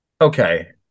Okay